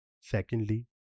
Secondly